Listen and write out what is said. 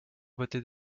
beauté